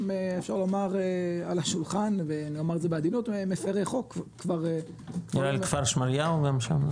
אפשר לומר שהן על השולחן ונאמר בעדינות ש -- כפר שמריהו גם.